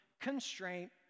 constraint